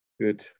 Good